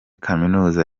kaminuza